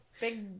big